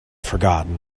forgotten